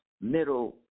middle